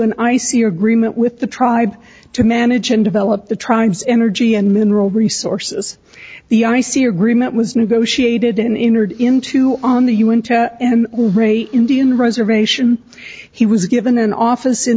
an icy agreement with the tribe to manage and develop the tribes energy and mineral resources the icy agreement was negotiated in or to into on the you into an indian reservation he was given an office in